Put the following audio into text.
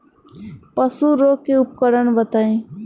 पशु रोग के उपचार बताई?